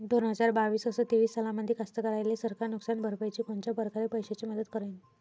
दोन हजार बावीस अस तेवीस सालामंदी कास्तकाराइले सरकार नुकसान भरपाईची कोनच्या परकारे पैशाची मदत करेन?